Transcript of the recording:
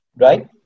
right